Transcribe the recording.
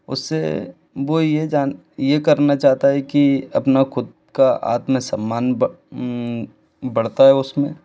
उससे वो ये जान ये करना चाहता है कि अपना खुद का आत्मसम्मान बढ़ता हो उसमें